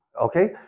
Okay